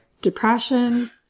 depression